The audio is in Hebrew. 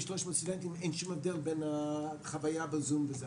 שום הבדל בין החוויה ב-זום לבין הלימודים בכיתה.